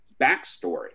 backstory